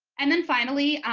and then finally,